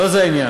לא זה העניין,